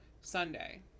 Sunday